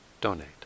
donate